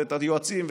את היועצים,